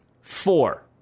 Four